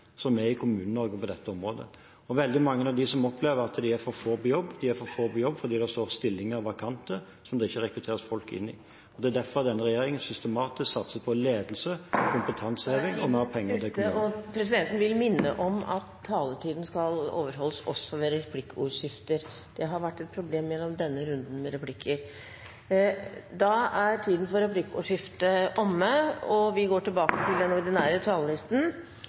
som er i Kommune-Norge på dette området. Veldig mange av dem som opplever at de er for få på jobb, er for få på jobb fordi det står stillinger vakante som det ikke rekrutteres folk inn i. Det er derfor denne regjeringen systematisk satser på ledelse , kompetanse og mer penger til kommunene. Da er tiden ute, og presidenten vil minne om at taletiden skal overholdes også ved replikkordskifter. Det har vært et problem gjennom denne runden med replikker. Replikkordskiftet er omme. Denne debatten har vist oss tydelige forskjeller, og